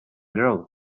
growth